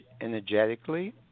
energetically